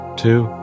two